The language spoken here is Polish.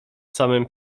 samym